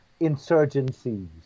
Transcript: insurgencies